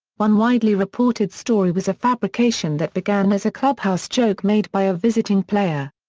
one widely reported story was a fabrication that began as a clubhouse joke made by a visiting player.